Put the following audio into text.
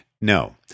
No